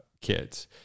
kids